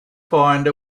find